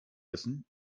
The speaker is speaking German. essen